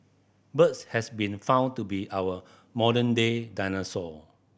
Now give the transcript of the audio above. birds has been found to be our modern day dinosaur